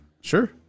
sure